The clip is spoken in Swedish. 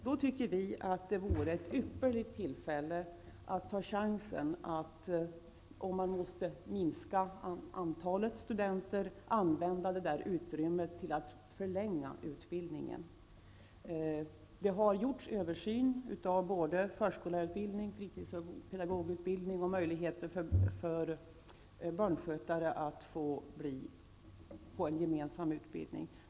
Om man nu skall minska antalet studerande, tycker vi att det vore ett ypperligt tillfälle att använda detta utrymme till att förlänga utbildningen. Det har gjorts översyner, både av förskollärarutbildningen, av fritidspedagogutbildningen och av möjligheterna för barnskötare att få en gemensam utbildning.